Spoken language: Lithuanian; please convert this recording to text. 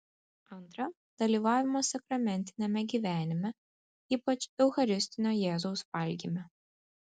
antra dalyvavimas sakramentiniame gyvenime ypač eucharistinio jėzaus valgyme